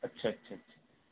اچھا اچھا اچھا